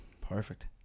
perfect